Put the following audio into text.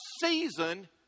season